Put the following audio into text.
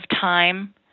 time